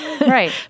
Right